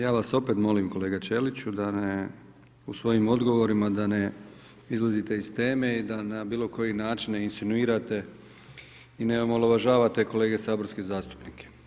Ja vas opet molim kolega Ćeliću da u svojim odgovorima da ne izlazite iz teme i da na bilokoji način ne insinuirate i ne omalovažavate kolege saborske zastupnike.